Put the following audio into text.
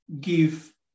give